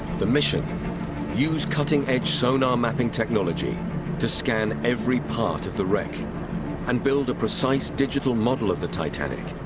the mission use cutting-edge sonar mapping technology to scan every part of the wreck and build a precise digital model of the titanic